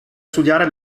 studiare